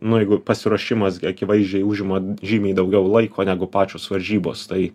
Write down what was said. nu jeigu pasiruošimas akivaizdžiai užima žymiai daugiau laiko negu pačios varžybos tai